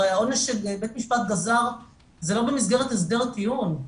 הרי העונש שבית המשפט גזר זה לא במסגרת הסדר הטיעון.